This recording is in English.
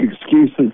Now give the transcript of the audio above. excuses